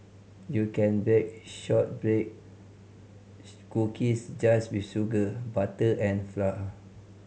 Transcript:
you can bake shortbread cookies just with sugar butter and flour